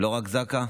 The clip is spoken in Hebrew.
לא רק זק"א,